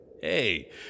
Hey